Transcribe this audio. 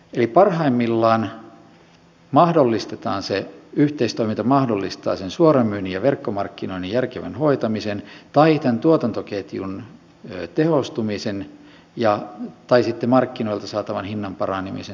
eli parhaimmillaan yhteistoiminta mahdollistaa suoramyynnin ja verkkomarkkinoinnin järkevän hoitamisen tai tuotantoketjun tehostumisen tai sitten markkinoilta saatavan hinnan paranemisen sen yhteistoiminnan myötä